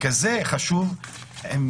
כזה חשוב עם